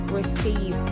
receive